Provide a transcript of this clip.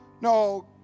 No